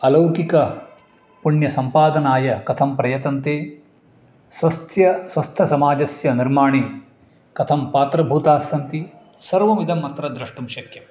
अलौकिकस्य पुण्यसम्पादनाय कथं प्रयतन्ते स्वास्थ्य स्वस्थसमाजस्य निर्माणे कथं पात्रभूतास्सन्ति सर्वमिदम् अत्र द्रष्टुं शक्यम्